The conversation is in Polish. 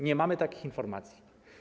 Nie mamy takich informacji.